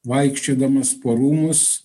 vaikščiodamas po rūmus